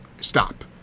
stop